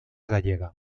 gallega